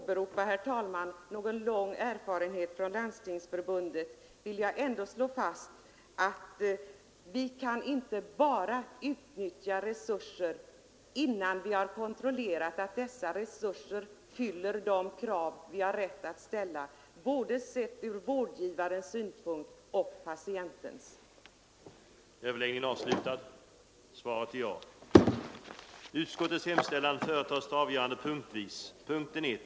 Herr talman! Utan att kunna åberopa någon lång erfarenhet från Landstingsförbundet vill jag ändå slå fast att vi inte kan utnyttja resurser, innan vi har kontrollerat att dessa resurser fyller de krav som bör ställas från både vårdgivarens och patientens synpunkt.